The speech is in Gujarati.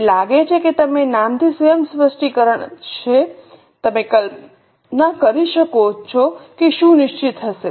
મને લાગે છે કે નામથી સ્વયં સ્પષ્ટીકરણકારક છે તમે કલ્પના કરી શકશો કે શું નિશ્ચિત હશે